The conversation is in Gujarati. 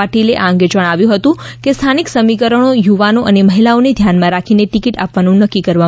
પાટીલે આ અંગે જણાવ્યુ હતું કે સ્થાનિક સમીકરણો યુવાનો અને મહિલાઓને ધ્યાનમાં રાખીને ટીકીટ આપવાનું નક્કી કરવામાં આવ્યું છે